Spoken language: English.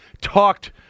talked